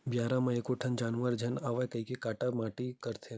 बियारा म एको ठन जानवर झन आवय कहिके काटा माटी करथन